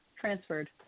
transferred